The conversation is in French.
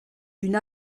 d’une